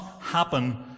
happen